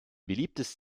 beliebtes